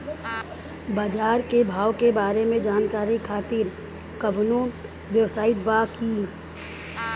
बाजार के भाव के बारे में जानकारी खातिर कवनो वेबसाइट बा की?